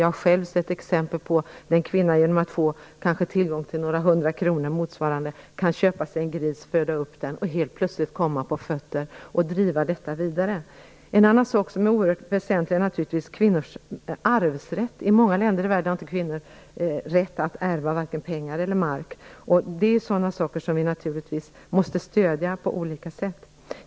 Jag har själv sett exempel på hur en kvinna genom att få tillgång till pengar motsvarande några hundra kronor kunnat köpa sig en gris, föda upp den och helt plötsligt komma på fötter och sedan driva detta vidare. En annan sak som är väsentlig är naturligtvis kvinnors arvsrätt. I många länder har kvinnor inte rätt att ärva vare sig pengar eller mark. Det är sådana saker som vi naturligtvis måste stödja på olika sätt.